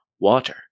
water